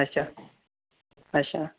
अच्छा अच्छा